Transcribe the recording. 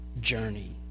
journey